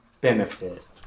benefit